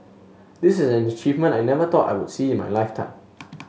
this is an achievement I never thought I would see in my lifetime